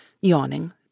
yawning